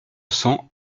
cents